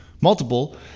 multiple